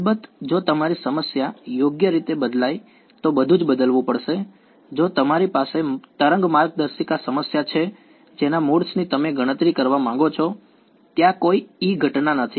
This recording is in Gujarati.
અલબત્ત જો તમારી સમસ્યા યોગ્ય રીતે બદલાય તો બધું જ બદલવું પડશે જો તમારી પાસે તરંગ માર્ગદર્શિકા સમસ્યા છે જેના મોડ્સની તમે ગણતરી કરવા માંગો છો ત્યાં કોઈ e ઘટના નથી